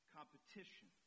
Competition